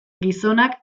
gizonak